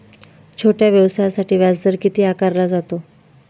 छोट्या व्यवसायासाठी व्याजदर किती आकारला जातो?